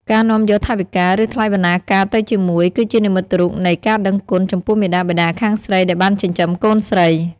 ការនាំយកថវិកា ឬ ថ្លៃបណ្តាការទៅជាមួយ គឺជានិមិត្តរូបនៃ ការដឹងគុណ ចំពោះមាតាបិតាខាងស្រីដែលបានចិញ្ចឹមកូនស្រី។